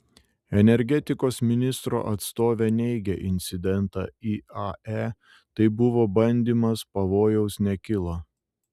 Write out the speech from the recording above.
energetikos ministro atstovė neigia incidentą iae tai buvo bandymas pavojaus nekilo